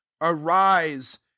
arise